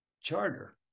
charter